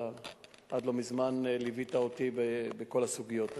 אתה עד לא מזמן ליווית אותי בכל הסוגיות האלה.